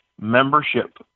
membership